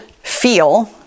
feel